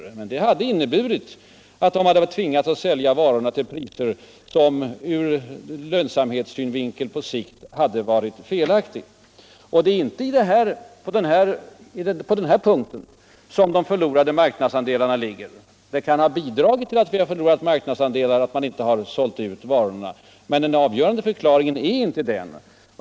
Men att sälja ut tidigare hade inneburit att företagen varit tvingade att sälja varorna till priser som ur allmän lönsamhetssynvinkel inte varit godtagbara. Det är inte med sådana orsaker som de förlorade marknadsandelarna skull förklaras. Att man inte sålt ut sina lager tidigare kan ha bidragit ull att vi förlorat marknadsandelar, men den avgörande förklaringen är inie denna.